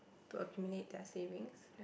to accumulate their savings